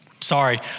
sorry